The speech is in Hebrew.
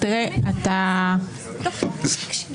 היושב-ראש,